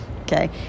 Okay